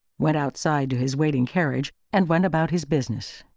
went outside to his waiting carriage, and went about his business.